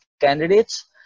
candidates